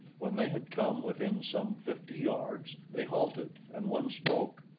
when they had come within some fifty yards, they halted and one spoke.